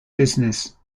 business